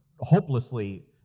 hopelessly